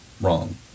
wrong